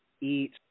eat